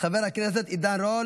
חבר הכנסת עידן רול